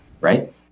right